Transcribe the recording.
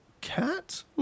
cat